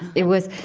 it was